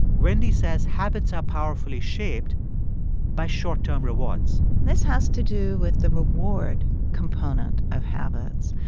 wendy says habits are powerfully shaped by short-term rewards this has to do with the reward component of habits.